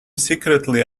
secretly